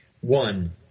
One